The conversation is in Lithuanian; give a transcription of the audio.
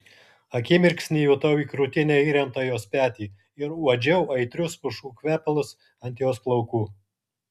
akimirksnį jutau į krūtinę įremtą jos petį ir uodžiau aitrius pušų kvepalus ant jos plaukų